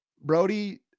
Brody